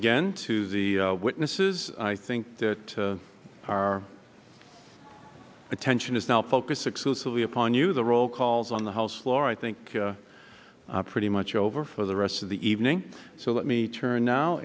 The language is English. again to the witnesses i think that our attention is now focus exclusively upon you the roll calls on the house floor i think pretty much over for the rest of the evening so let me turn now